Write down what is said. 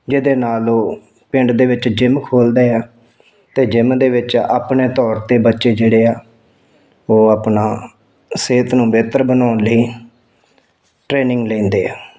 ਜਿਹਦੇ ਨਾਲ ਉਹ ਪਿੰਡ ਦੇ ਵਿੱਚ ਜਿੰਮ ਖੋਲਦੇ ਆ ਅਤੇ ਜਿੰਮ ਦੇ ਵਿੱਚ ਆਪਣੇ ਤੌਰ 'ਤੇ ਬੱਚੇ ਜਿਹੜੇ ਆ ਉਹ ਆਪਣਾ ਸਿਹਤ ਨੂੰ ਬਿਹਤਰ ਬਣਾਉਣ ਲਈ ਟ੍ਰੇਨਿੰਗ ਲੈਂਦੇ ਆ